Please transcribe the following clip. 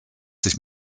sich